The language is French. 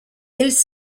ils